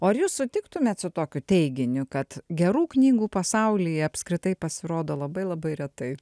ar jūs sutiktumėte su tokiu teiginiu kad gerų knygų pasaulyje apskritai pasirodo labai labai retai